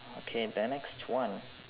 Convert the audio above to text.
okay the next one